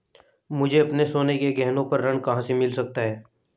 मुझे अपने सोने के गहनों पर ऋण कहां से मिल सकता है?